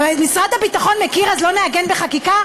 משרד הביטחון מכיר, אז לא נעגן בחקיקה?